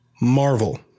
Marvel